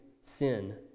sin